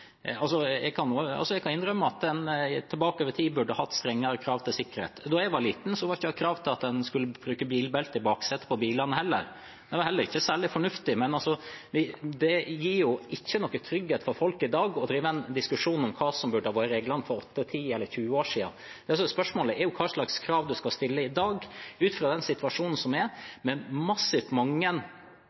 burde hatt strengere krav til sikkerhet. Da jeg var liten, var det ikke krav til at en skulle bruke bilbelte i baksetet på bilene heller. Det var heller ikke særlig fornuftig. Men det gir jo ikke trygghet for folk i dag å diskutere hva som burde ha vært reglene for 8, 10 eller 20 år siden. Spørsmålet er hva slags krav en skal stille i dag, ut fra den situasjonen som er, med massivt mange